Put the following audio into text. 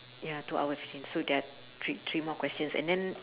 ya two hour fifteen so there are three three more questions and then